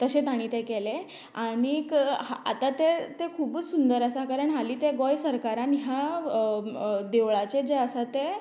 तशें तांणी तें केलें आनीक आतां तें तें खुबूच सुंदर आसा कारण हालीं तें गोंय सरकारान ह्या देवळाचें जें आसा तें